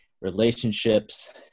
relationships